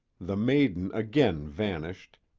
the maiden again vanished,